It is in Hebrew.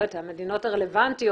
במדינות הרלוונטיות,